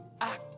act